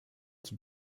qui